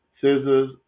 Scissors